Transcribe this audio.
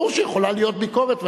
ברור שיכולה להיות ביקורת,